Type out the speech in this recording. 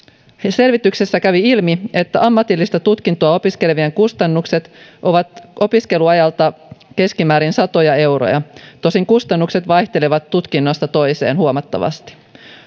selvityksessä kävi ilmi että ammatillista tutkintoa opiskelevien kustannukset ovat opiskeluajalta keskimäärin satoja euroja tosin kustannukset vaihtelevat tutkinnosta toiseen huomattavasti